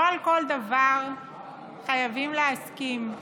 לא על כל דבר חייבים להסכים,